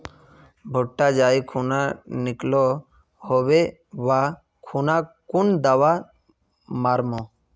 भुट्टा जाई खुना निकलो होबे वा खुना कुन दावा मार्मु?